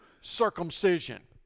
circumcision